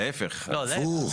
הפוך.